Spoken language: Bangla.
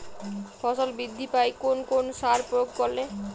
ফসল বৃদ্ধি পায় কোন কোন সার প্রয়োগ করলে?